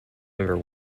member